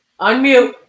unmute